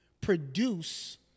produce